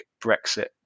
Brexit